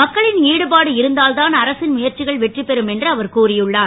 மக்களின் ஈடுபாடு இருந்தால்தான் அரசின் முயற்சிகள் வெற்றிபெறும் என்று அவர் கூறியுள்ளார்